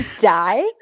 Die